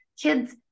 kids